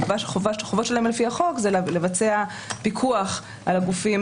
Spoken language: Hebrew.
חובות שלהם על פי החוק זה לבצע פיקוח על הגופים